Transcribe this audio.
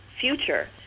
future